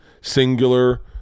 singular